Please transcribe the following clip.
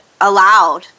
allowed